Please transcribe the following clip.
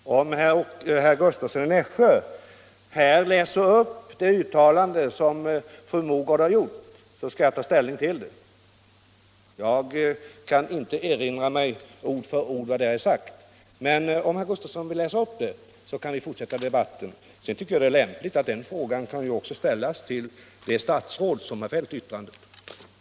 Nr 33 Herr talman! Om herr Gustavsson i Nässjö läser upp det uttalande som fru Mogård har gjort, så skall jag ta ställning till det. Jag kan här inte ord för ord erinra mig vad hon sade, men om herr Gustavsson som sagt vill återge uttalandet, så kan vi fortsätta debatten. Om remissbehand Annars kan ju herr Gustavssons fråga också ställas till det statsråd = ling av förslaget som har fällt yttrandet — och det tycker jag vore lämpligt.